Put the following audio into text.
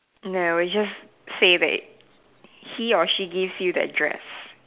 no we just say that he or she gives you the address